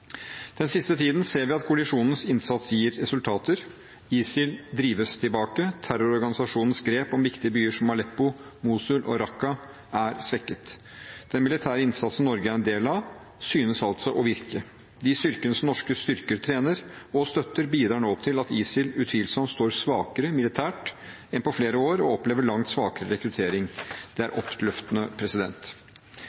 Den siste tiden ser vi at koalisjonens innsats gir resultater. ISIL drives tilbake. Terrororganisasjonens grep om viktige byer som Aleppo, Mosul og Raqqa er svekket. Den militære innsatsen Norge er en del av, synes altså å virke. De styrkene som norske styrker trener og støtter, bidrar nå til at ISIL utvilsomt står svakere militært enn på flere år, og opplever langt svakere rekruttering. Det er